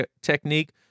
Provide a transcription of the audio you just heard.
technique